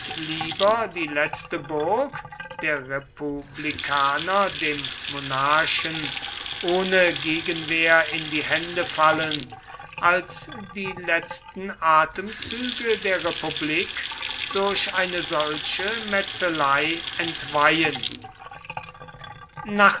lieber die letzte burg der republikaner dem monarchen ohne gegenwehr in die hände fallen als die letzten atemzüge der republik durch eine solche metzelei entweihen nachdem